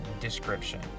description